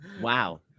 Wow